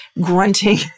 grunting